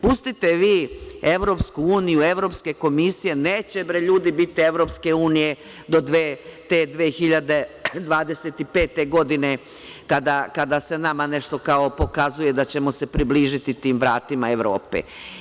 Pustite vi EU, evropske komisije, neće bre ljudi biti EU do te 2025. godine, kada se nama nešto kao pokazuje da ćemo se približiti tim vratima Evrope.